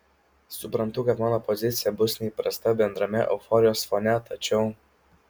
suprantu kad mano pozicija bus neįprasta bendrame euforijos fone tačiau